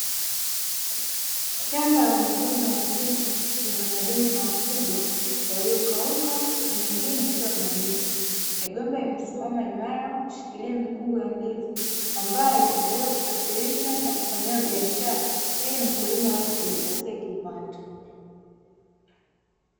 Shamba la migomba ya ndizi yenye majani makubwa yaliyokauka na mengine yakiwa mabichi. Migomba imesimama imara kushikilia mikungu ya ndizi, ambayo inaweza kusafirishwa na kufanyia biashara ili mkulima aweze kujipatia kipato.